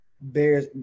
Bears